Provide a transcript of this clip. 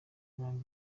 bawe